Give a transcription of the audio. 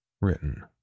Written